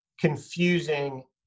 confusing